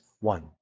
one